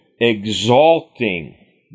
exalting